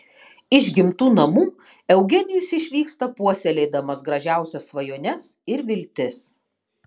iš gimtų namų eugenijus išvyksta puoselėdamas gražiausiais svajones ir viltis